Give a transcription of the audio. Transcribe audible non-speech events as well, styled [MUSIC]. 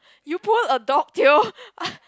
you pulled a dog tail [LAUGHS]